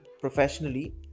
professionally